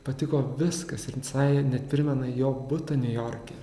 patiko viskas ir jis sae net primena jo butą niujorke